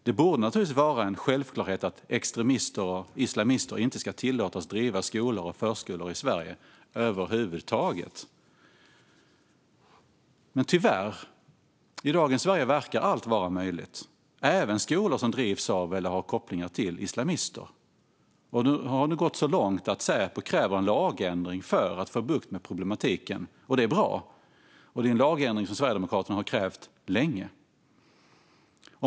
Det borde naturligtvis vara en självklarhet att extremister och islamister inte ska tillåtas driva skolor och förskolor i Sverige över huvud taget. Tyvärr verkar dock allt vara möjligt i dagens Sverige, även skolor som drivs av eller har kopplingar till islamister. Det har nu gått så långt att Säpo kräver en lagändring för att få bukt med problemet. Det är bra, och det är en lagändring som Sverigedemokraterna har krävt länge.